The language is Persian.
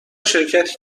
شرکتی